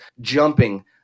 jumping